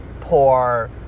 poor